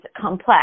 complex